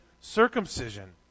circumcision